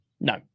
No